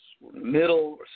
middle